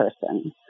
person